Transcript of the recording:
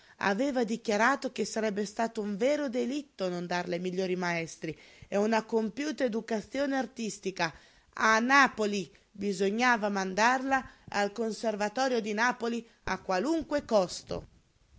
aveva dichiarato che sarebbe stato un vero delitto non darle migliori maestri e una compiuta educazione artistica a napoli bisognava mandarla al conservatorio di napoli a qualunque costo